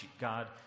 God